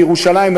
בירושלים,